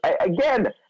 again